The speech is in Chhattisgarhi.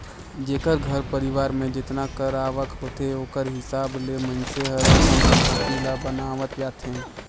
जेकर घर परिवार में जेतना कर आवक होथे ओकर हिसाब ले मइनसे हर अपन संपत्ति ल बनावत जाथे